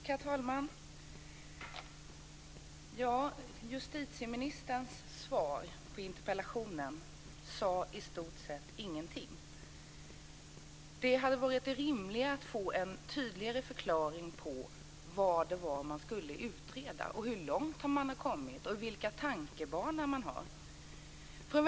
Herr talman! Justitieministerns svar på interpellationen sade i stort sett ingenting. Det hade varit rimligare att få en tydligare förklaring på vad som ska utredas, hur långt man har kommit och vilka tankebanor som finns.